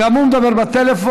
גם הוא מדבר בטלפון,